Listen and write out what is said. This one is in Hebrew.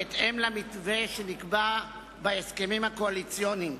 בהתאם למתווה שנקבע בהסכמים הקואליציוניים.